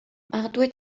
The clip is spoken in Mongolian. магадгүй